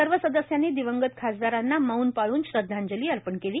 सर्व सदस्यांनी दिवंगत खासदारांना मौन पाळून श्रदधांजली अर्पण केली